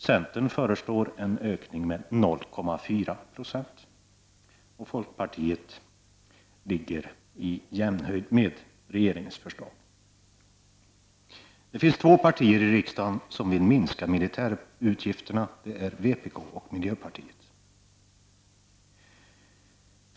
Centern föreslår en ökning med 0,4 96, och folkpartiets förslag ligger i jämnhöjd med regeringens förslag. Det finns två partier i riksdagen som vill minska militärutgifterna. Det är vpk och miljöpartiet.